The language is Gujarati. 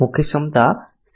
મુખ્ય ક્ષમતા સી